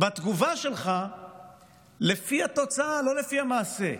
התגובה שלך לפי התוצאה, לא לפי המעשה.